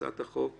הצעת חוק